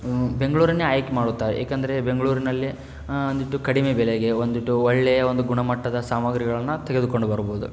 ಬೆಂಗಳೂರನ್ನೇ ಆಯ್ಕೆ ಮಾಡುತ್ತಾರೆ ಏಕೆಂದರೆ ಬೆಂಗಳೂರಿನಲ್ಲಿ ಒಂದಿಟ್ಟು ಕಡಿಮೆ ಬೆಲೆಗೆ ಒಂದಿಟ್ಟು ಒಳ್ಳೆಯ ಒಂದು ಗುಣಮಟ್ಟದ ಸಾಮಗ್ರಿಗಳನ್ನು ತೆಗೆದುಕೊಂಡು ಬರ್ಬೋದು